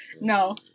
No